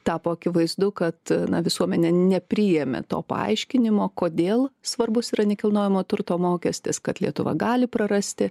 tapo akivaizdu kad visuomenė nepriėmė to paaiškinimo kodėl svarbus yra nekilnojamojo turto mokestis kad lietuva gali prarasti